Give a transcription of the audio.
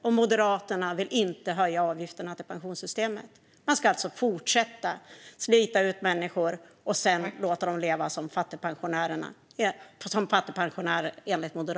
Men Moderaterna vill inte höja avgifterna till pensionssystemet. Enligt Moderaterna ska man alltså fortsätta att slita ut människor och sedan låta dem leva som fattigpensionärer. Eller hur?